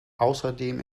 außerdem